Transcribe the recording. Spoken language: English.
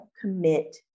commit